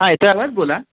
हा येतो आहे आवाज बोला